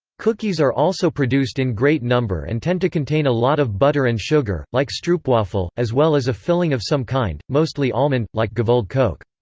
cookies are also produced in great number and tend to contain a lot of butter and sugar, like stroopwafel, as well as a filling of some kind, mostly almond, like gevulde koek.